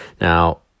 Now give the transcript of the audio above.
Now